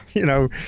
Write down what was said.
you know,